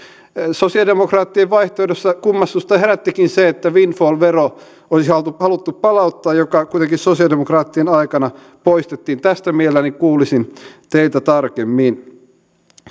sosialidemokraattien vaihtoehdossa kummastusta herättikin se että windfall vero olisi haluttu palauttaa joka kuitenkin sosialidemokraattien aikana poistettiin tästä mielelläni kuulisin teiltä tarkemmin